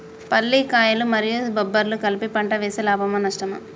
పల్లికాయలు మరియు బబ్బర్లు కలిపి పంట వేస్తే లాభమా? నష్టమా?